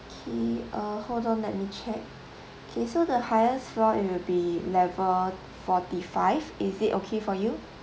okay uh hold on let me check okay so the highest floor it will be level forty-five is it okay for you